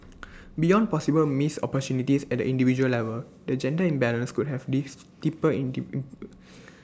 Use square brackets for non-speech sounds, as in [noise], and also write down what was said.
[noise] beyond possible missed opportunities at the individual level the gender imbalance could have lest deeper in [unintelligible]